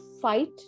fight